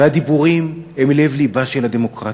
והדיבורים הם לב-לבה של הדמוקרטיה,